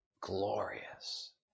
glorious